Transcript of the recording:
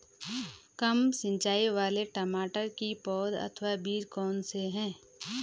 कम सिंचाई वाले टमाटर की पौध अथवा बीज कौन से हैं?